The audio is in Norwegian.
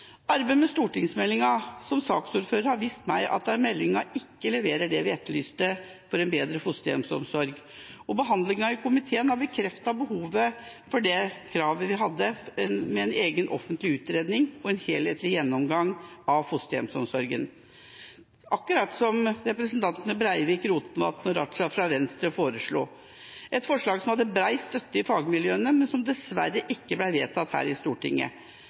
Arbeidet med stortingsmeldinga, som saksordfører, har vist at meldinga ikke leverer det vi etterlyste for en bedre fosterhjemsomsorg, og behandlingen i komiteen har bekreftet behovet for en egen offentlig utredning og en helhetlig gjennomgang av fosterhjemsomsorgen, akkurat som representantene Breivik, Rotevatn og Raja fra Venstre foreslo, et forslag som hadde bred støtte i fagmiljøene, men som dessverre ikke ble vedtatt her i Stortinget.